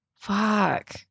Fuck